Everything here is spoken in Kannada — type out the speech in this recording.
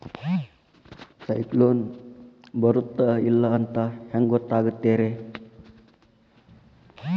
ಸೈಕ್ಲೋನ ಬರುತ್ತ ಇಲ್ಲೋ ಅಂತ ಹೆಂಗ್ ಗೊತ್ತಾಗುತ್ತ ರೇ?